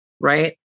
right